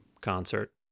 concert